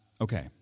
Okay